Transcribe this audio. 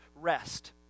rest